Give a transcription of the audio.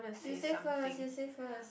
you say first you say first